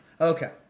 Okay